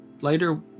later